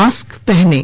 mask पहनें